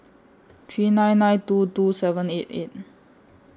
three nine nine two two seven eight eight